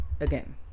again